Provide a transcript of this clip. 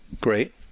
Great